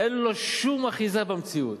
אין לו שום אחיזה במציאות.